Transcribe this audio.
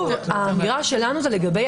האמירה שלנו היא לגבי